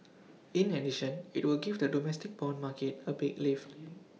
in addition IT will give the domestic Bond market A big lift